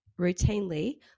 routinely